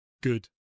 good